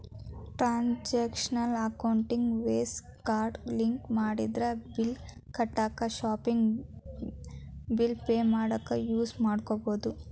transactional ಅಕೌಂಟಿಗಿ Visa card link ಮಾಡಿದ್ರ bill ಕಟ್ಟಾಕ ಶಾಪಿಂಗ್ ಬಿಲ್ ಪೆ ಮಾಡಾಕ ಯೂಸ್ ಮಾಡಬೋದು